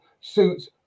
suits